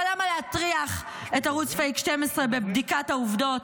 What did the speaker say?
אבל למה להטריח את ערוץ פייק 12 בבדיקת העובדות?